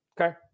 Okay